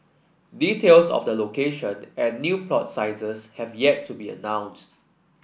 details of the location and new plot sizes have yet to be announced